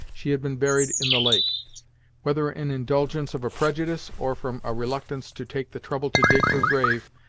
she had been buried in the lake whether in indulgence of a prejudice, or from a reluctance to take the trouble to dig her grave,